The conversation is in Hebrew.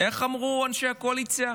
איך אמרו אנשי הקואליציה?